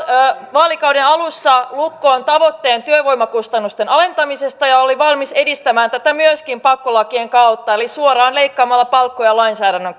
vaalikauden alussa lukkoon tavoitteen työvoimakustannusten alentamisesta ja oli valmis edistämään tätä myöskin pakkolakien kautta eli suoraan leikkaamalla palkkoja lainsäädännön